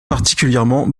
particulièrement